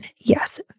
Yes